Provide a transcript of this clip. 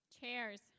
Chairs